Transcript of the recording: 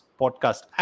podcast